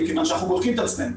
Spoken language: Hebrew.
מכיוון שאנחנו בודקים את עצמנו.